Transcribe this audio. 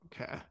Okay